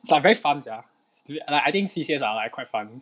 it's like very fun sia like I think C_C_A are like quite fun